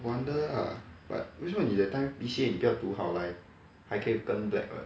no wonder lah but 为什么你 that time B_C_A 你不要读好来还可以 turn back [what]